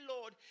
Lord